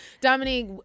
Dominique